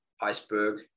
iceberg